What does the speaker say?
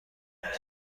است